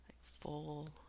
full